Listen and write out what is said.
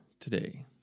today